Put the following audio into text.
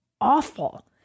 awful